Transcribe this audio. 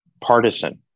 partisan